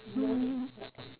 um